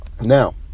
now